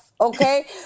Okay